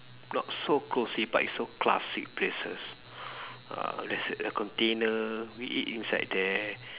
not so cosy but is so classic places uh there's a a container we eat inside there